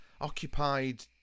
occupied